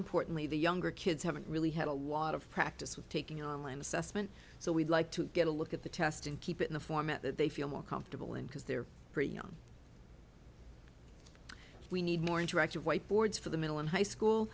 importantly the younger kids haven't really had a lot of practice with taking online assessment so we'd like to get a look at the test and keep it in a format that they feel more comfortable in because they're pretty young we need more interactive whiteboards for the middle and high school